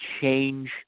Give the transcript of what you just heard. change